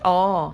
orh